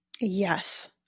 Yes